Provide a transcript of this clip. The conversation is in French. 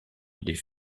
les